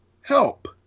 Help